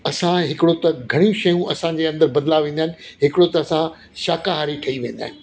असां हिकिड़ो त घणियूं शयूं असांजे अंदरि बदलाव ईंदा आहिनि हिकिड़ो त असां शाकाहारी ठही वेंदा आहियूं